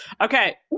Okay